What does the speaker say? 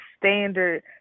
standard